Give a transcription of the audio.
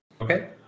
okay